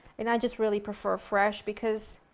and i just really prefer fresh because,